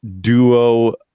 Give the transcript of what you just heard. duo